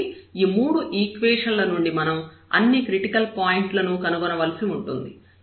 కాబట్టి ఈ మూడు ఈక్వేషన్ ల నుండి మనం అన్ని క్రిటికల్ పాయింట్లను కనుగొనవలసి ఉంటుంది